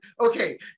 Okay